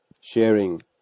sharing